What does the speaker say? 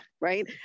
right